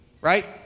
right